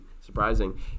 surprising